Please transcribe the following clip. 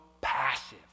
passive